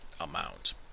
amount